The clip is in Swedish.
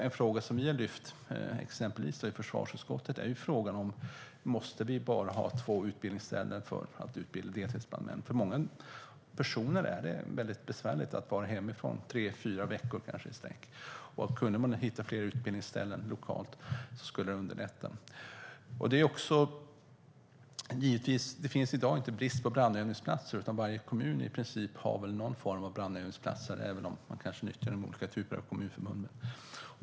En fråga som vi i försvarsutskottet har lyft är frågan om det måste vara bara två utbildningsställen för att utbilda deltidsbrandmän. För många personer är det besvärligt att vara hemifrån kanske tre fyra veckor i sträck. Kunde man hitta fler utbildningsställen lokalt skulle det underlätta. Det finns i dag ingen brist på brandövningsplatser, utan varje kommun har väl i princip någon form av brandövningsplatser, även om de kanske använder sig av olika kommunalförbund.